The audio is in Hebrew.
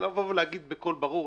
להגיד בקול ברור,